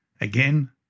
Again